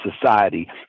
society